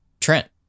Trent